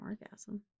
orgasm